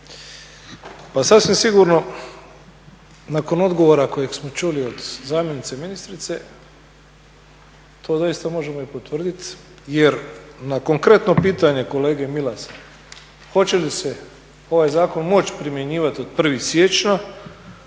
Pa sasvim sigurno nakon odgovora kojeg smo čuli od zamjenice ministrice to doista možemo i potvrditi jer na konkretno pitanje kolege Milasa hoće li se ovaj zakon moći primjenjivati od 1. siječnja